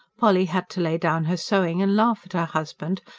polly had to lay down her sewing and laugh at her husband,